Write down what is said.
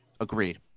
agreed